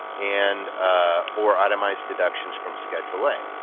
and ah or itemize deductions from schedule a.